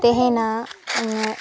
ᱛᱮᱦᱮᱱᱟ